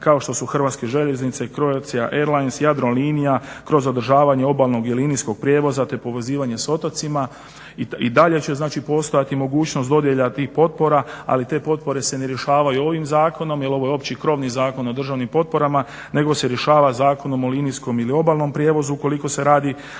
kao što su Hrvatske željeznice, Croatia airlines, Jadrolinija kroz održavanje obalnog i linijskog prijevoza te povezivanje s otocima. I dalje će postojati mogućnost dodjela tih potpora ali te potpore se ne rješavaju ovim zakonom jel ovo je opći krovni zakon o državnim potporama nego se rješava Zakonom o linijskom i obalnom prijevozu ukoliko se radi